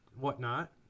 whatnot